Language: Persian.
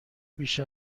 بیش